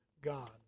God